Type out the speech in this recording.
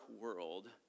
world